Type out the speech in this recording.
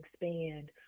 expand